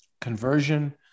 conversion